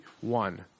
one